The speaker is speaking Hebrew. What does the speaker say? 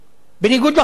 בניגוד לחוק.